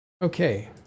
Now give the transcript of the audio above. Okay